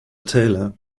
tailor